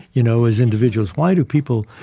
you know, as individuals. why do people,